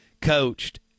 coached